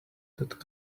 that